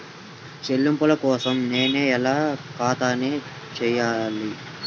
చెల్లింపుల కోసం నేను ఎలా తనిఖీ చేయాలి?